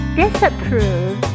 disapprove